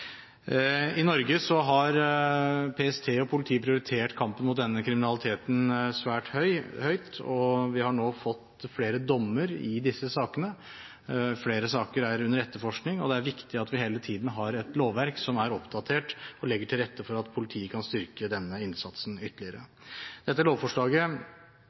I Norge har PST og politiet prioritert kampen mot denne kriminaliteten svært høyt, og vi har nå fått flere dommer i disse sakene. Flere saker er under etterforskning, og det er viktig at vi hele tiden har et lovverk som er oppdatert og legger til rette for at politiet kan styrke denne innsatsen ytterligere. Dette lovforslaget